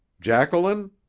Jacqueline